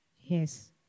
Yes